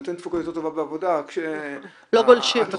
נותן תפוקות יותר טובות בעבודה ש --- שלא גולשים.